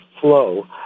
flow